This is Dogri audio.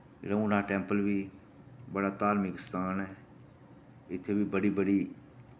रघुनाथ टैम्पल बी बड़ा धार्मिक स्थान ऐ इत्थे बी बड़ी बड़ी